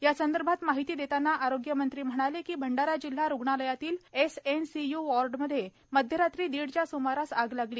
यासंदर्भात माहिती देताना आरोग्यमंत्री टोपे म्हणाले की भंडारा जिल्हा रुग्णालयातील एसएनसीयू वॉर्डमध्ये मध्यरात्री दीडच्या सुमारास आग लागली